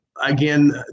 again